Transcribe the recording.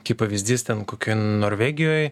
kaip pavyzdys ten kokioj norvegijoj